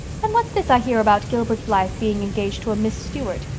and what's this i hear about gilbert blythe being engaged to a miss stuart?